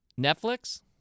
Netflix